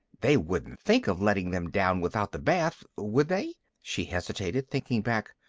they wouldn't think of letting them down without the bath. would they? she hesitated, thinking back.